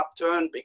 upturn